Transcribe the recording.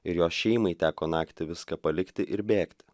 ir jos šeimai teko naktį viską palikti ir bėgti